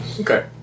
Okay